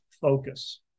focus